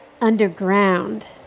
underground